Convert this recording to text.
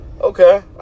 Okay